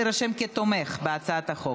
להירשם כתומך בהצעת החוק.